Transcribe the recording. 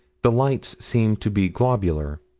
the lights seemed to be globular.